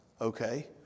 Okay